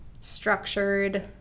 structured